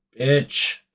bitch